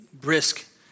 brisk